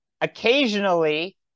Occasionally